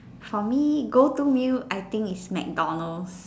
for me go to meal I think is MacDonalds